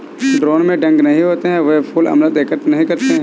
drone में डंक नहीं होते हैं, वे फूल अमृत एकत्र नहीं करते हैं